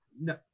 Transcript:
No